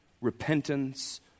repentance